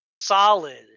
solid